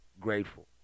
grateful